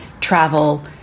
travel